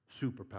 superpower